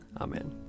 Amen